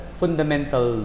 fundamental